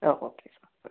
ആ okay sir ആ